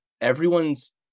everyone's